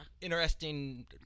Interesting